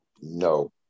No